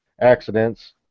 accidents